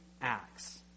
acts